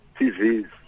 TV